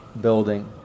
building